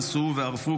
אנסו וערפו,